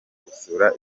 gusura